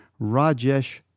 Rajesh